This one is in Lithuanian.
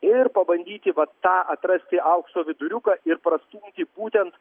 ir pabandyti va tą atrasti aukso viduriuką ir prastumti būtent